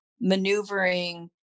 maneuvering